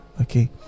okay